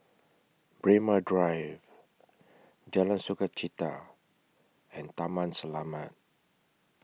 Braemar Drive Jalan Sukachita and Taman Selamat